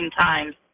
times